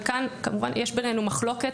וכאן כמובן יש ביננו מחלוקת.